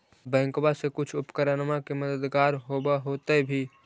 बैंकबा से कुछ उपकरणमा के मददगार होब होतै भी?